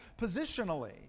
Positionally